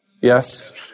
Yes